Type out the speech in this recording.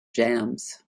jams